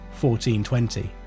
1420